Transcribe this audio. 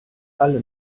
alle